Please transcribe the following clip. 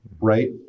right